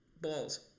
Balls